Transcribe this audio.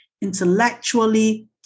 intellectually